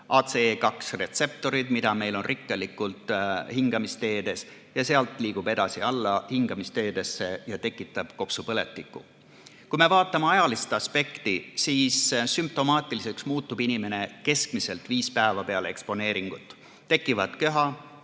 ACE2 retseptorid, mida meil on hingamisteedes rikkalikult. Sealt liigub viirus edasi alla hingamisteedesse ja tekitab kopsupõletiku. Kui me vaatame ajalist aspekti, siis sümptomaatiliseks muutub inimene keskmiselt viis päeva peale eksponeeringut. Tekivad köha,